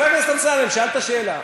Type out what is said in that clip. חבר הכנסת אמסלם, שאלת שאלה.